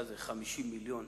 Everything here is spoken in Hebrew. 105 של חבר הכנסת חיים